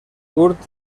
curt